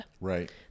Right